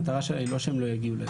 המטרה שלה היא לא שהם לא יגיעו לזה,